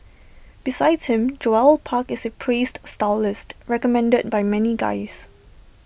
besides him Joel park is A praised stylist recommended by many guys